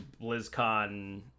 blizzcon